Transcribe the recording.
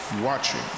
watching